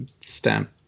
Stamp